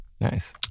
Nice